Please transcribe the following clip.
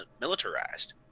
militarized